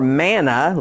manna